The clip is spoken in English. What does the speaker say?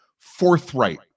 forthright